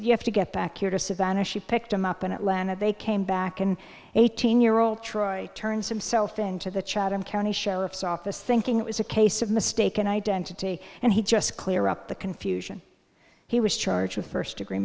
you have to get back here to savannah she picked him up in atlanta they came back and eighteen year old troy turns himself in to the chatham county sheriff's office thinking it was a case of mistaken identity and he just clear up the confusion he was charged with first degree